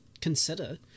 consider